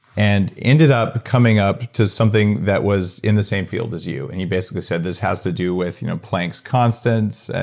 and ended up coming up to something that was in the same field as you. and you basically said, this has to do with you know playing so constants,